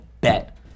bet